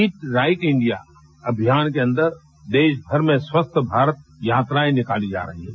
it right India अभियान के अन्दर देश भर में स्वस्थ भारत यात्राएं निकाली जा रही हैं